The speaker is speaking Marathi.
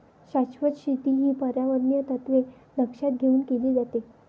शाश्वत शेती ही पर्यावरणीय तत्त्वे लक्षात घेऊन केली जाते